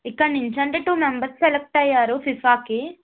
ఇక్కడి నుంచి అంటే టూ మెంబర్స్ సెలెక్ట్ అయ్యారు ఫిఫాకి